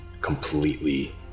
completely